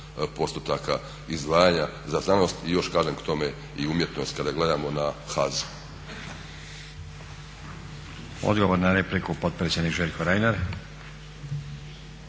postotaka izdvajanja za znanost i još kažem k tome i umjetnost kada gledamo na HAZU.